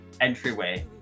entryway